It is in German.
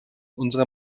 unserer